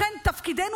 לכן תפקידנו,